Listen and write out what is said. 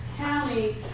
County